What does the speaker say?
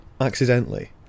accidentally